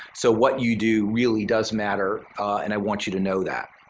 so what you do really does matter and i want you to know that.